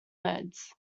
modes